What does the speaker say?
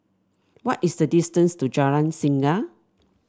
what is the distance to Jalan Singa